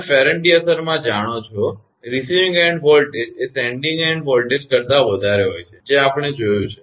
તમે ફેરન્ટી અસરમાં જાણો છો રિસીવીંગ એન્ડ વોલ્ટેજ એ સેન્ડીંગ એન્ડ વોલ્ટેજ કરતાં વધારે હોય છે જે આપણે જોયું છે